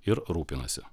ir rūpinasi